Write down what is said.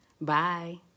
Bye